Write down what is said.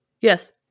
Yes